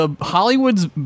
Hollywood's